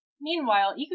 Meanwhile